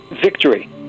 victory